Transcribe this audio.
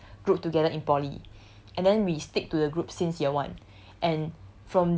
five five of us grouped together in poly and then we stick to the group since year one